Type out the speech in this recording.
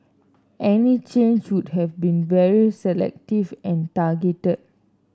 any change would have to be very selective and targeted